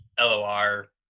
LOR